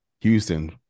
Houston